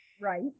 Right